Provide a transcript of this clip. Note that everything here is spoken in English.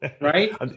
Right